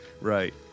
Right